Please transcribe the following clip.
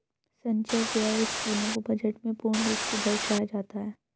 संचय व्यय और स्कीमों को बजट में पूर्ण रूप से दर्शाया जाता है